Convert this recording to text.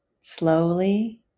slowly